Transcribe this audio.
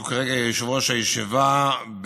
שהוא כרגע יושב-ראש הישיבה,